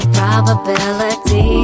probability